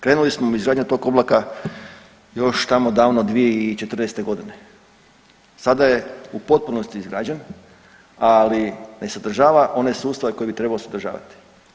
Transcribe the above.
Krenuli smo u izgradnju tog oblaka još tamo davno 2014.g. sada je u potpunosti izrađen, ali ne sadržava one sustave koje bi trebao sadržavati.